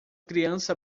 criança